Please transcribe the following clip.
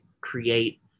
create